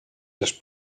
les